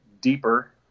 deeper